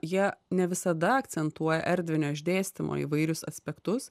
jie ne visada akcentuoja erdvinio išdėstymo įvairius aspektus